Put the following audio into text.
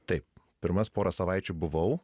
taip pirmas porą savaičių buvau